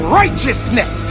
righteousness